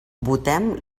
votem